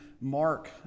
mark